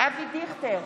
אבי דיכטר,